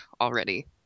already